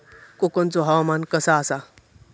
कोकनचो हवामान कसा आसा?